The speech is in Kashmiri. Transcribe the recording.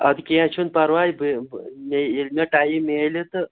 اَدٕ کیٚنٛہہ چھُنہٕ پَرواے بہٕ ییٚلہِ مےٚ ٹایم میلہِ تہٕ